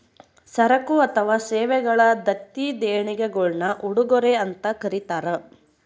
ಸರಕು ಅಥವಾ ಸೇವೆಗಳ ದತ್ತಿ ದೇಣಿಗೆಗುಳ್ನ ಉಡುಗೊರೆ ಅಂತ ಕರೀತಾರ